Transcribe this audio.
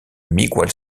miguel